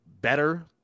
better